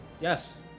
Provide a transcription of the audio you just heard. Yes